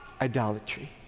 Idolatry